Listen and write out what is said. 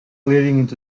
leading